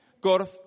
God